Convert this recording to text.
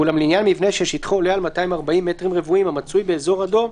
ואולם לעניין מבנה ששטחו עולה על 240 מטרים רבועים המצוי באזור אדום,